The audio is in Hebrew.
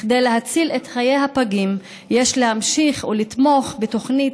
כדי להציל את חיי הפגים יש להמשיך ולתמוך בתוכנית